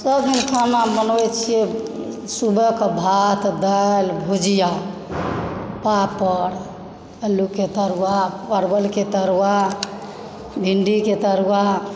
सभ दिन खाना बनबय छियै सुबहकऽ भात दालि भुजिआ पापड़ आलूके तरुआ परवलके तरुआ भिण्डीके तरुआ